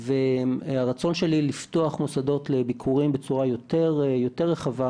והרצון שלי לפתוח מוסדות לביקורים בצורה יותר רחבה,